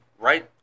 right